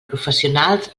professionals